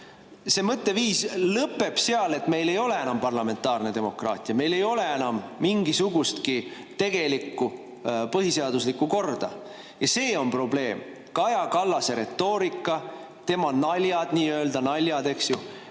see mõtteviis lõpeb seal, et meil ei ole enam parlamentaarne demokraatia, meil ei ole enam mingisugustki tegelikku põhiseaduslikku korda. Ja see on probleem. Kaja Kallase retoorika, tema naljad, nii-öelda naljad, eks ju,